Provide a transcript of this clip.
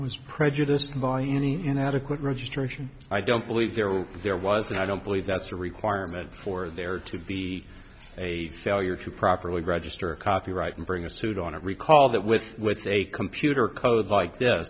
was prejudiced by any inadequate registration i don't believe there will there was and i don't believe that's a requirement for there to be a failure to properly register a copyright and bring a suit on a recall that with with a computer code like